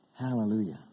Hallelujah